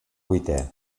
vuitè